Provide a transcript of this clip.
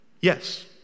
Yes